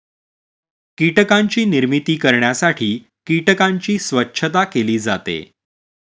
कीटकांची निर्मिती करण्यासाठी कीटकांची स्वच्छता केली जाते